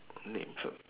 names